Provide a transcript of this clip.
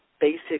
basic